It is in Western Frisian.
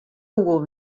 doel